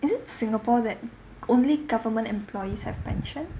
is it singapore that only government employees have pension